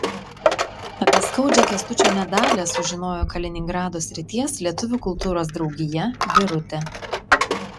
apie skaudžią kęstučio nedalią sužinojo kaliningrado srities lietuvių kultūros draugija birutė